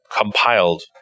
compiled